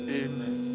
amen